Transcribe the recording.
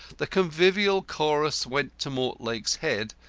the convivial chorus went to mortlake's head,